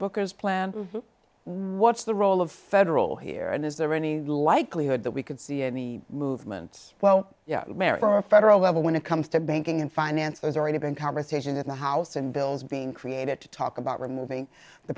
bookers plan what's the role of federal here and is there any likelihood that we could see any movements well for a federal level when it comes to banking and finance there's already been conversation in the house and bills being created to talk about removing the